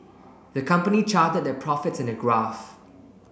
the company charted their profits in a graph